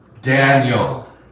Daniel